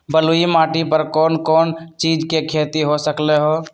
बलुई माटी पर कोन कोन चीज के खेती हो सकलई ह?